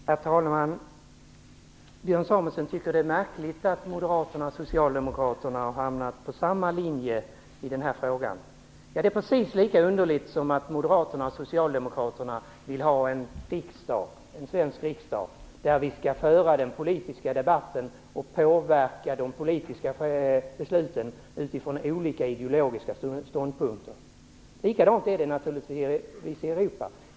Herr talman! Björn Samuelson tycker att det är märkligt att Moderaterna och Socialdemokraterna har hamnat på samma linje i den här frågan. Det är precis lika underligt som att Moderaterna och Socialdemokraterna vill ha en svensk riksdag, där vi kan föra den politiska debatten och påverka de politiska besluten utifrån olika ideologiska ståndpunkter. Likadant är det naturligtvis i Europa.